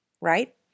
right